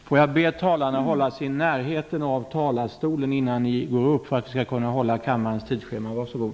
Får jag be talarna att hålla sig i närheten av talarstolen innan ni går upp så att vi kan hålla kammarens tidsschema. Varsågod.